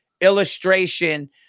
illustration